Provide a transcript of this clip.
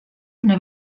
una